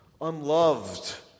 unloved